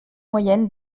moyenne